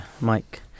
Mike